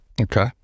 Okay